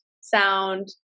sound